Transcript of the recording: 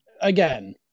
Again